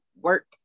work